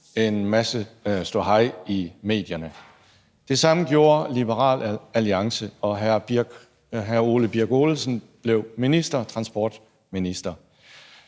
en masse ståhej i medierne. Det samme gjorde Liberal Alliance, og hr. Ole Birk Olesen blev transportminister.